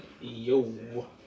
yo